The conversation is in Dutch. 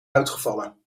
uitgevallen